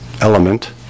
element